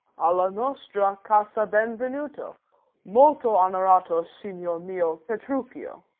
alla nostra casa ben venuto molto honorato signor mio petruchio.